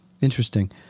Interesting